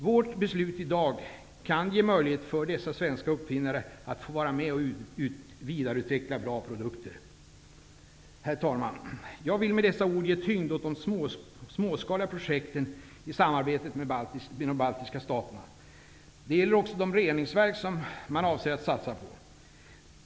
Vårt beslsut i dag kan ge möjlighet för dessa svenska uppfinnare att få vara med och vidareutveckla bra produkter. Herr talman! Jag vill med dessa ord ge tyngd åt de småskaliga projekten i samarbetet med de baltiska staterna. Det gäller också de reningsverk som man avser att satsa på.